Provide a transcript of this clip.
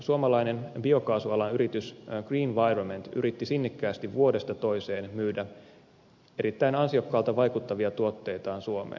suomalainen biokaasualan yritys greenvironment yritti sinnikkäästi vuodesta toiseen myydä erittäin ansiokkaalta vaikuttavia tuotteitaan suomeen